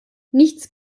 nichts